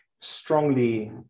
strongly